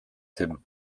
tim